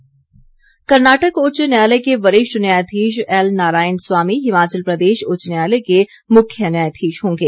नियुक्ति कर्नाटक उच्च न्यायालय के वरिष्ठ न्यायाधीश एल नारायण स्वामी हिमाचल प्रदेश उच्च न्यायालय के मुख्य न्यायाधीश होंगे